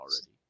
already